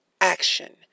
action